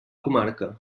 comarca